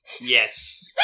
Yes